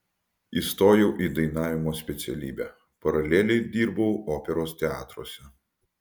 įstojau į dainavimo specialybę paraleliai dirbau operos teatruose